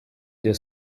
their